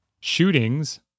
shootings